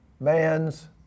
man's